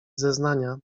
zeznania